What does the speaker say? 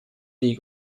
die